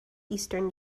eastern